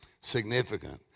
significant